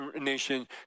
nation